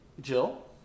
Jill